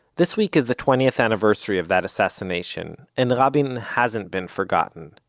this week is the twentieth anniversary of that assassination, and rabin hasn't been forgotten.